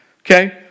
Okay